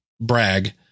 brag